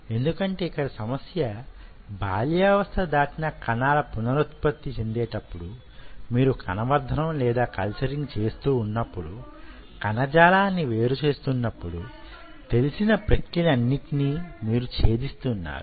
ఎందుకంటే ఇక్కడ సమస్య బాల్యావస్థ దాటిన కణాలు పునరుత్పత్తి చెందేటప్పుడు మీరు కణ వర్ధనం కల్చరింగ్ చేస్తూ వున్నప్పుడు కణజాలాన్ని వేరు చేస్తునప్పుడు తెలిసిన ప్రక్రియలన్నిటినీ మీరు ఛేధిస్తున్నారు